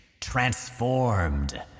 transformed